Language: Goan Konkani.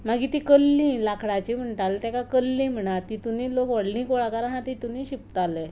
मागीर तीं कल्लीं लाकडाचीं म्हणटालीं तेका कल्लीं म्हणा तितुनूय लोक व्हडलीं कुळागरां तितूनूय शिंपताले